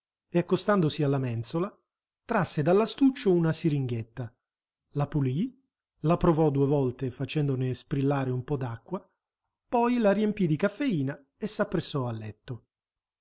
e accostandosi alla mensola trasse dall'astuccio una siringhetta la pulì la provò due volte facendone sprillare un po d'acqua poi la riempì di caffeina e s'appressò al letto